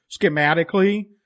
schematically